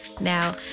Now